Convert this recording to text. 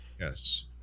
yes